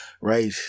Right